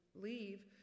leave